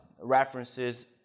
references